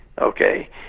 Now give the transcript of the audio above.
okay